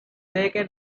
taken